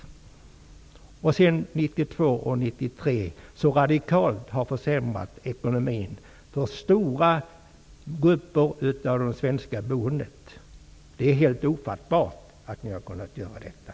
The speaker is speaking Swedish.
Under 1992 och 1993 har ni radikalt försämrat ekonomin för stora grupper i det svenska boendet. Det är helt ofattbart att ni har kunnat göra detta.